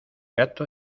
gato